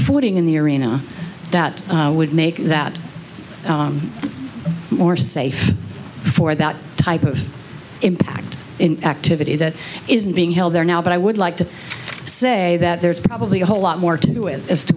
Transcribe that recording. footing in the arena that would make that more safe for that type of impact activity that isn't being held there now but i would like to say that there's probably a whole lot more to do with as to